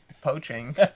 poaching